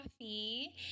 coffee